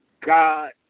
God